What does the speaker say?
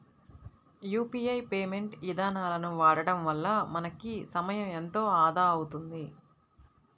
UPI payment ఇదానాలను వాడడం వల్ల మనకి సమయం ఎంతో ఆదా అవుతుంది